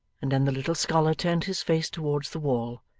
and then the little scholar turned his face towards the wall,